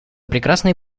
прекрасный